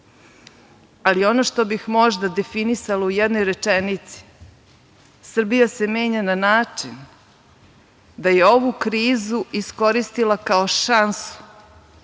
Ono što bi možda definisalo u jednoj rečenici, Srbija se menja na način da je ovu krizu iskoristila kao šansu,